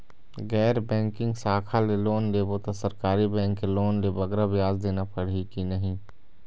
गैर बैंकिंग शाखा ले लोन लेबो ता सरकारी बैंक के लोन ले बगरा ब्याज देना पड़ही ही कि नहीं?